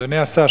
אדוני השר,